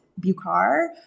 Bukar